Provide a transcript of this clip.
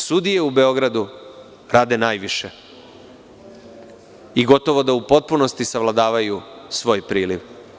Sudije u Beogradu rade najviše i gotovo da u potpunosti savladavaju svoj priliv.